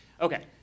Okay